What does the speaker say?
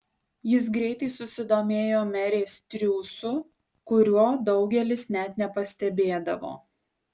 jis greitai susidomėjo merės triūsu kurio daugelis net nepastebėdavo